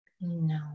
No